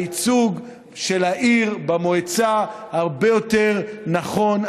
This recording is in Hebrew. הייצוג של העיר במועצה הרבה יותר נכון,